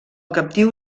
captiu